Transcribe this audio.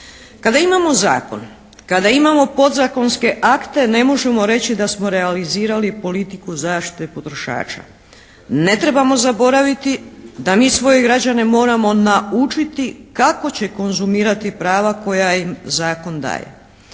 kada imamo zakon, kada imamo podzakonske akte ne možemo reći da smo realizirali politiku zaštite potrošača. Ne trebamo zaboraviti da mi svoje građane moramo naučiti kako će konzumirati prava koja im zakon daje.